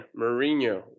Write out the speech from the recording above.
Mourinho